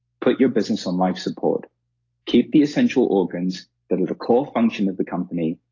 put your business on life support keep the essential organs that are the core function of the company,